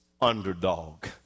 underdog